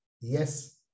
yes